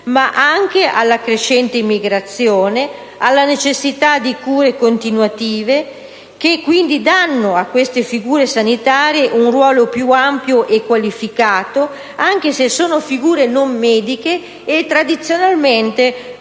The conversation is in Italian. ma anche dalla crescente immigrazione e dalla necessità di cure continuative che danno a queste figure sanitarie un ruolo più ampio e qualificato. Infatti, anche se non sono figure mediche, e tradizionalmente vengono